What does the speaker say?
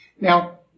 Now